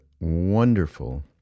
wonderful